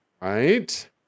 Right